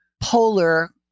polar